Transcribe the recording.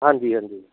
ਹਾਂਜੀ ਹਾਂਜੀ